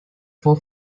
for